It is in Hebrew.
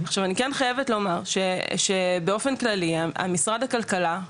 עכשיו אני כן חייבת לומר שבאופן כללי משרד הכלכלה,